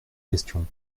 question